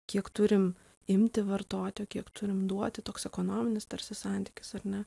kiek turim imti vartoti o kiek turim duoti toks ekonominis tarsi santykis ar ne